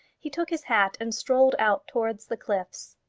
he took his hat and strolled out towards the cliffs.